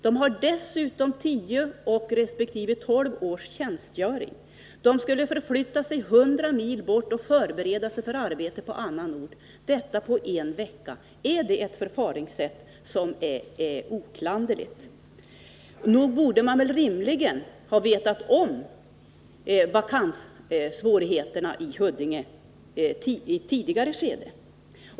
De har dessutom tio resp. tolv års tjänstgöring. De skulle förflytta sig 100 mil bort och förbereda sig för ett arbete på annan ort — och för allt detta fick de bara en vecka på sig. Är det ett förfaringssätt som är oklanderligt? Nog borde man rimligen ha vetat om vakanssvårigheterna i Huddinge i ett tidigare skede.